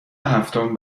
هفتم